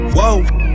Whoa